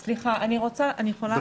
סליחה, אני יכולה?